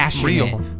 real